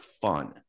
fun